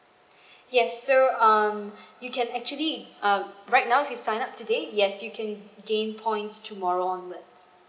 yes so um you can actually um right now if you sign up today yes you can gain points tomorrow onwards